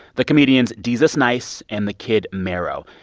the comedians desus nice and the kid mero.